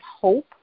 hope